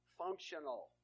functional